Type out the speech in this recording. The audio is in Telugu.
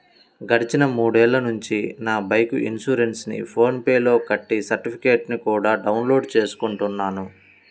గడిచిన మూడేళ్ళ నుంచి నా బైకు ఇన్సురెన్సుని ఫోన్ పే లో కట్టి సర్టిఫికెట్టుని కూడా డౌన్ లోడు చేసుకుంటున్నాను